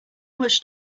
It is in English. much